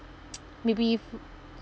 maybe